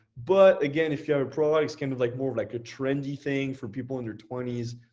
but again, if you're a pro, it's kind of like more of like a trendy thing for people in their twenty s.